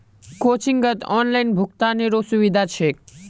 कोचिंगत ऑनलाइन भुक्तानेरो सुविधा छेक